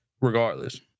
regardless